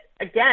again